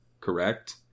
correct